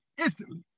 instantly